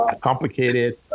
Complicated